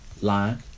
line